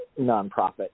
nonprofit